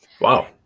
Wow